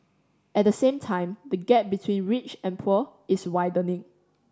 at the same time the gap between rich and poor is widening